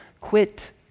Quit